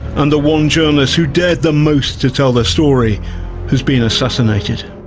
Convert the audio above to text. and the one journalist who dared the most to tell their story has been assassinated.